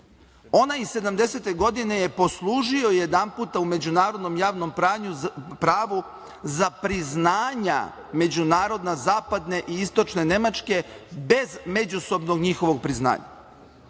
sedamdesete godine je poslužio jedanputa u međunarodnom javnom pravu za priznanja međunarodna Zapadne i Istočne Nemačke, bez međusobnog njihovog priznanja. Otuda